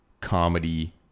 comedy